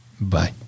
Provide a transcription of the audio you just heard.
Bye